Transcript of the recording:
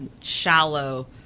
shallow